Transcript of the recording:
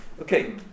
Okay